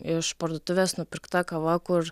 iš parduotuvės nupirkta kava kur